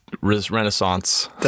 renaissance